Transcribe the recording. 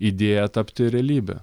idėją tapti realybe